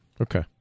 Okay